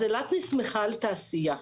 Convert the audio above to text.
אילת נסמכה על תעשייה,